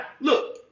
Look